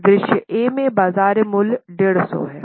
परिदृश्य ए में बाजार मूल्य 150 है